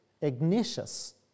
Ignatius